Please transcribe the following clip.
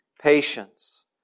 patience